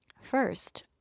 First